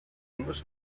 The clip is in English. english